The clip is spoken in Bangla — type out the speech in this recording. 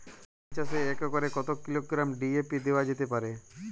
ধান চাষে এক একরে কত কিলোগ্রাম ডি.এ.পি দেওয়া যেতে পারে?